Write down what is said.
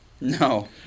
No